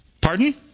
Pardon